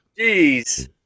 Jeez